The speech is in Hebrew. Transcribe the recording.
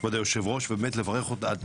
כבוד היושב-ראש, אני באמת מברך אותך על